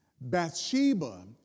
Bathsheba